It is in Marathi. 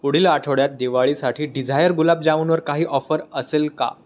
पुढील आठवड्यात दिवाळीसाठी डिझायर गुलाबजामुनवर काही ऑफर असेल का